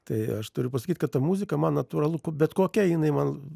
tai aš turiu pasakyt kad ta muzika man natūralu bet kokia jinai man